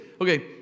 Okay